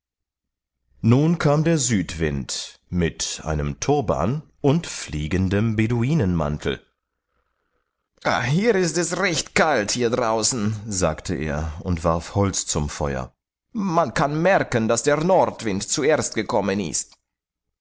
nun kam der südwind mit einem turban und fliegendem beduinenmantel hier ist es recht kalt hier draußen sagte er und warf holz zum feuer man kann merken daß der nordwind zuerst gekommen ist